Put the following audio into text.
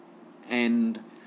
and